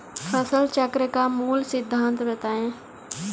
फसल चक्र का मूल सिद्धांत बताएँ?